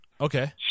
Okay